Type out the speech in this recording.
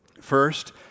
First